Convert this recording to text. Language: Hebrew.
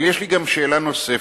אבל יש לי אליכם שאלה נוספת,